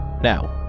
Now